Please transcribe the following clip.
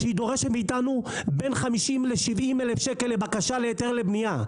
שהיא דורשת מאיתנו 50,000-70,000 ₪ לבקשה להיתר בנייה.